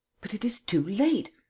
but it is too late!